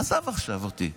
עזוב עכשיו אותי.